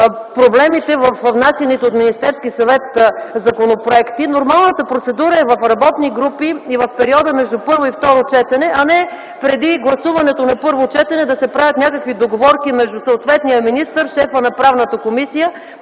проблемите във внесения от Министерския съвет законопроект. Нормалната процедура е в работни групи и между първо и второ четене, а не преди гласуването на първо четене да се правят договорки между съответния министър, шефа на Правната комисия